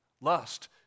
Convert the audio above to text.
Lust